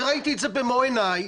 וראיתי את זה במו עיניי,